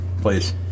Please